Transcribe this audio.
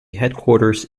headquarters